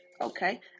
Okay